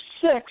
six